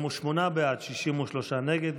48 בעד, 63 נגד.